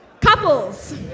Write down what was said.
Couples